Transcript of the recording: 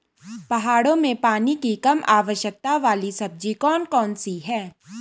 पहाड़ों में पानी की कम आवश्यकता वाली सब्जी कौन कौन सी हैं?